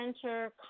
center